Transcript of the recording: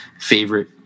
favorite